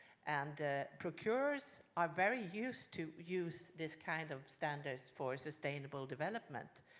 and procurers are very used to use this kind of standards for sustainable development,